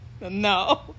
no